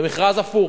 זה מכרז הפוך: